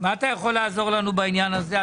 מה אתה יכול לעזור לנו בעניין הזה?